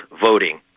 voting